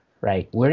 right